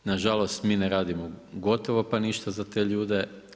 Nažalost, mi ne radimo, gotovo pa ništa za te ljude.